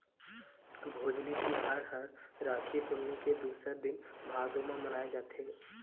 भोजली तिहार ह राखी पुन्नी के दूसर दिन भादो म मनाए जाथे